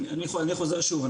אני חוזר שוב.